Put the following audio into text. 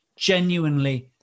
genuinely